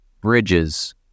Bridges